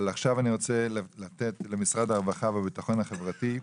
אבל עכשיו אני רוצה לתת למשרד הרווחה והביטחון החברתי,